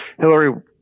Hillary